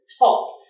top